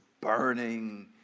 burning